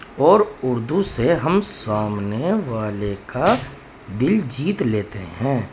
اور اردو سے ہم سامنے والے کا دل جیت لیتے ہیں